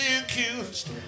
accused